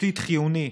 תשתית חיוני,